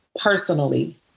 personally